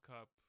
Cup